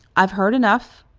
i've heard enough.